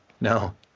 no